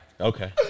Okay